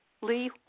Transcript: Lee